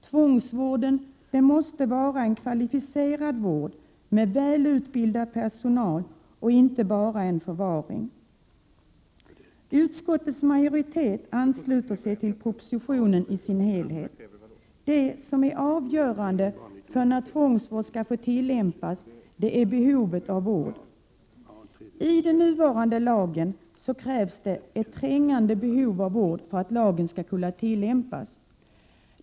Tvångsvården måste vara en kvalificerad vård med väl utbildad personal — inte bara vara en förvaring. Utskottets majoritet ansluter sig till propositionen i dess helhet. Behovet av vård skall vara avgörande för när tvångsvård skall få tillämpas. Den nuvarande lagen kräver att ett trängande behov av vård skall föreligga för att tvånget i lagen skall kunna tillämpas.